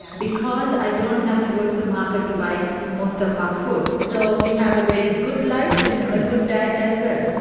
because i don't have to go to the market to by more stuff or food, so we have a very good life and a good diet as well.